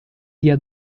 dia